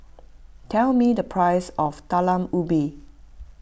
tell me the price of Talam Ubi